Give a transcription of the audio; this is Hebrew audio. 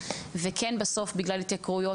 וכן בסוף בגלל התייקרויות,